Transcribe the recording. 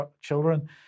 children